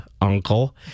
uncle